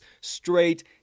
straight